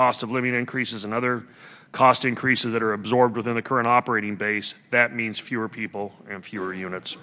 cost of living increases and other cost increases that are absorbed within the current operating base that means fewer people and fewer units